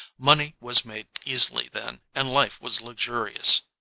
money was made easily then and life was luxurious.